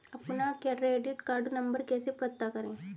अपना credit card number कैसे पता करें?